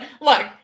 look